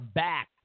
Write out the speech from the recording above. back